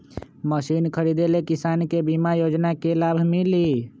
Machine खरीदे ले किसान के बीमा योजना के लाभ मिली?